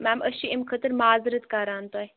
میم أسۍ چھِ اَمہِ خٲطرٕ مازرَت کَران تۄہہِ